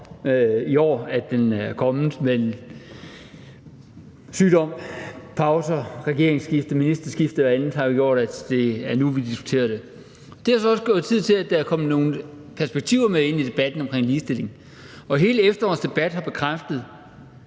i år, hvor den kom, men sygdom, pauser, ministerskifte og andet har jo gjort, at det er nu, vi diskuterer det. Det har så også givet tid til, at der er kommet nogle perspektiver med ind i debatten omkring ligestilling, og hele efterårets debat har bekræftet,